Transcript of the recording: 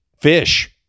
fish